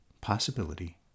Possibility